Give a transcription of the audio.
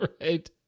Right